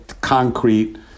concrete